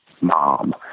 mom